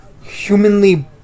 humanly